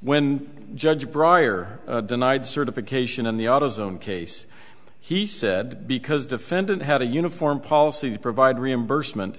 when judge bryer denied certification in the autozone case he said because defendant had a uniform policy to provide reimbursement